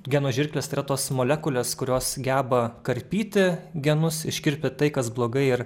genų žirklės yra tos molekulės kurios geba karpyti genus iškirpę tai kas blogai ir